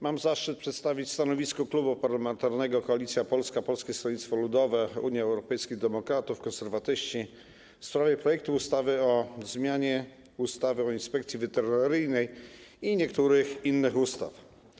Mam zaszczyt przedstawić stanowisko Klubu Parlamentarnego Koalicja Polska - Polskie Stronnictwo Ludowe, Unia Europejskich Demokratów, Konserwatyści w sprawie projektu ustawy o zmianie ustawy o Inspekcji Weterynaryjnej oraz niektórych innych ustaw.